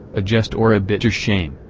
a jest or a bitter shame.